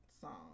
song